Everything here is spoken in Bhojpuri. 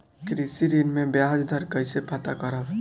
कृषि ऋण में बयाज दर कइसे पता करब?